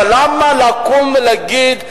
אבל למה לקום ולהגיד: